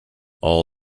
all